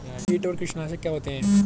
कीट और कीटनाशक क्या होते हैं?